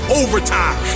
overtime